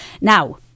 Now